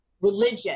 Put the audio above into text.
religion